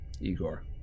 Igor